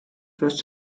first